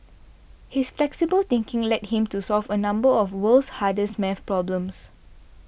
his flexible thinking led him to solve a number of world's hardest math problems